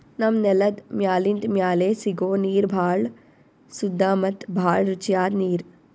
ನಮ್ಮ್ ನೆಲದ್ ಮ್ಯಾಲಿಂದ್ ಮ್ಯಾಲೆ ಸಿಗೋ ನೀರ್ ಭಾಳ್ ಸುದ್ದ ಮತ್ತ್ ಭಾಳ್ ರುಚಿಯಾದ್ ನೀರ್